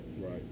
Right